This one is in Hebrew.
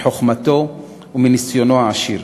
מחוכמתו ומניסיונו העשיר.